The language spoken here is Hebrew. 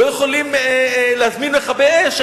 לא יכולים להזמין מכבי-אש.